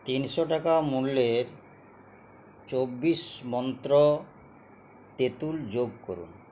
তিনশো টাকা মূল্যের চব্বিশ মন্ত্র তেঁতুল যোগ করুন